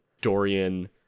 dorian